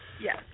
Yes